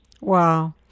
Wow